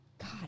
God